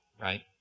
right